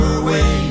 away